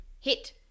Hit